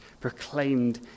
proclaimed